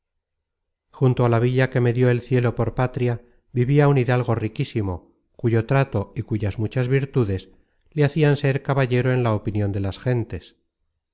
junto a la villa que me dió el cielo por patria vivia un hidalgo riquísimo cuyo trato y cuyas muchas virtudes le hacian ser caballero en la opinion de las gentes